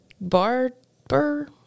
barber